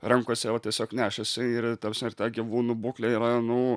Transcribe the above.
rankose va tiesiog nešasi ir ta prasme ir ta gyvūnų būklė yra nu